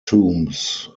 tombs